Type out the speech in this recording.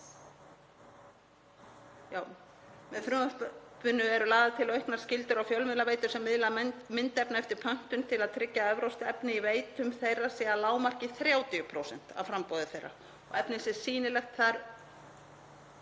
Með frumvarpinu eru lagðar auknar skyldur á fjölmiðlaveitur sem miðla myndefni eftir pöntun til að tryggja að evrópskt efni á veitum þeirra sé að lágmarki 30% af framboði þeirra og að efnið sé sýnilegt, þar